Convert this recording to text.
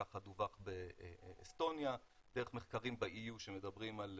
ככה דווח באסטוניה, דרך מחקרים ב-EU, שמדברים על